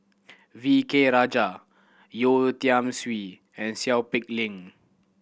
V K Rajah Yeo Tiam Siew and Seow Peck Leng